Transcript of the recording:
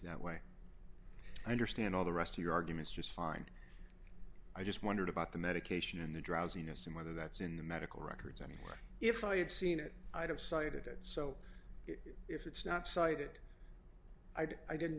that way i understand all the rest of your arguments just fine i just wondered about the medication and the drowsiness and whether that's in the medical records i mean what if i had seen it i have cited it so if it's not cited i didn't